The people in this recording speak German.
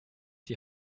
die